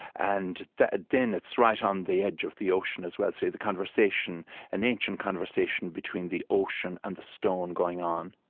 and then it's right on the edge of the ocean, as well, so the the conversation an ancient conversation between the ocean and the stone going on